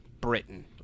Britain